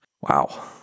Wow